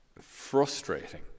frustrating